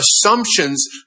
assumptions